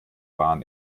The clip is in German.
bahn